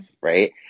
right